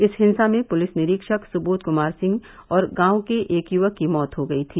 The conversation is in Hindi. इस हिंसा में पुलिस निरीक्षक सुबोध कुमार सिंह और एक ग्रामीण युवक की मौत हो गई थी